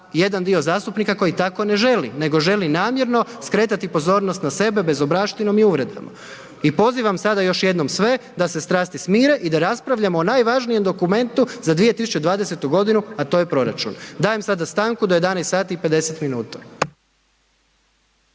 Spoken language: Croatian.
jedan zastupnika koji tako ne želi nego želi namjerno skretati pozornost na sebe bezobraštinom i uvredama. I pozivam sada još jednom sve da se strasti smire i da raspravljamo o najvažnijem dokumentu za 2020. g. a to je proračun. Dajem sada stanku do 11 sati i 50 minuta.